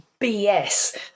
bs